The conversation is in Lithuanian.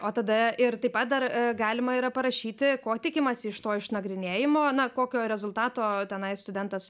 o tada ir tai pat dar galima yra parašyti ko tikimasi iš to išnagrinėjimo na kokio rezultato tenai studentas